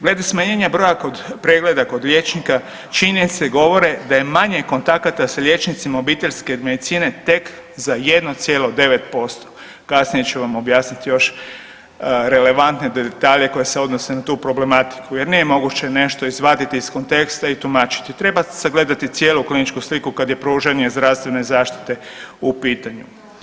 Glede smanjenja broja kod pregleda kod liječnika činjenice govore da je manje kontakata sa liječnicima obiteljske medicine tek za 1,9%, kasnije ću vam objasniti još relevantne detalje koji se odnose na tu problematiku jer nije moguće nešto izvaditi iz konteksta i tumačiti, treba sagledati cijelu kliničku sliku kad je pružanje zdravstvene zaštite u pitanju.